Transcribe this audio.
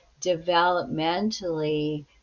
developmentally